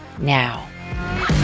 now